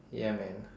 ya man